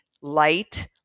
light